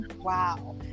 wow